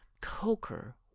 Coker